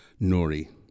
nori